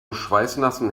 schweißnassen